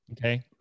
Okay